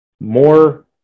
more